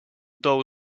dołu